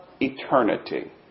eternity